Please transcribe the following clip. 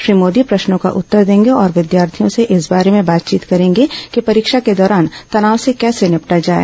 श्री मोदी प्रश्नों का उत्तर देंगे और विद्यार्थियों से इस बारे में बातचीत करेंगे कि परीक्षा के दौरान तनाव से कैसे निपटा जाए